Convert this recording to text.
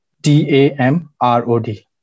D-A-M-R-O-D